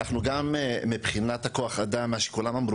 מה שאני רוצה להזכיר